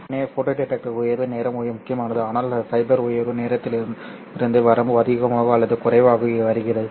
எனவே photo detector உயர்வு நேரம் முக்கியமானது ஆனால் ஃபைபர் உயர்வு நேரத்திலிருந்து வரம்பு அதிகமாகவோ அல்லது குறைவாகவோ வருகிறது